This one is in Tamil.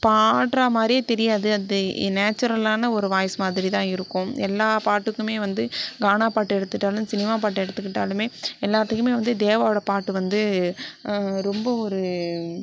பாடுறா மாதிரியே தெரியாது அது நேச்சுரலான ஒரு வாய்ஸ் மாதிரி தான் இருக்கும் எல்லா பாட்டுக்கும் வந்து கானா பாட்டு எடுத்துட்டாலும் சினிமா பாட்டு எடுத்துக்கிட்டாலும் எல்லாத்துக்கும் வந்து தேவாவோடய பாட்டு வந்து ரொம்ப ஒரு